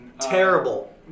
terrible